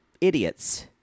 idiots